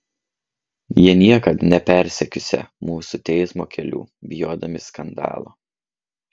jie niekad nepersekiosią mūsų teismo keliu bijodami skandalo